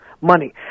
money